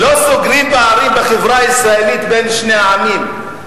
לא סוגרים פערים בחברה הישראלית בין שני עמים,